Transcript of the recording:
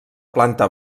planta